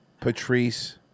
Patrice